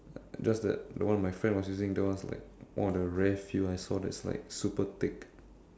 just that the one my friend was using that one was like one of the rare few I saw that's like super thick